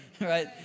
right